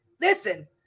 Listen